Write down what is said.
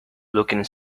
looking